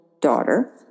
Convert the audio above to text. daughter